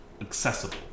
accessible